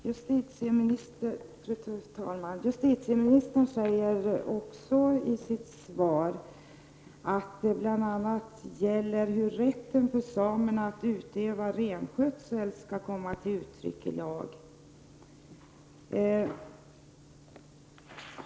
Fru talman! Justitieministern säger i sitt svar att rätten för samerna att utöva renskötsel också skall komma till uttryck i lagen.